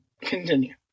Continue